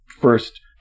first